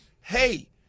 hey